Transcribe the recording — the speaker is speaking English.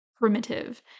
primitive